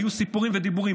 היו סיפורים ודיבורים,